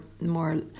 more